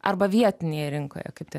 arba vietinėje rinkoje kaip tai